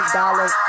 dollars